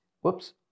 whoops